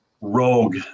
rogue